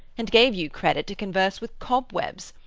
and gave you credit to converse with cobwebs,